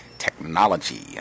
technology